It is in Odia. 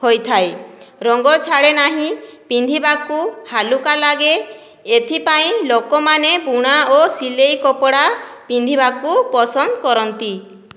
ହୋଇଥାଏ ରଙ୍ଗ ଛାଡ଼େ ନାହିଁ ପିନ୍ଧିବାକୁ ହାଲୁକା ଲାଗେ ଏଥିପାଇଁ ଲୋକମାନେ ବୁଣା ଓ ସିଲାଇ କପଡ଼ା ପିନ୍ଧିବାକୁ ପସନ୍ଦ କରନ୍ତି